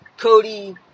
Cody